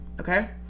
Okay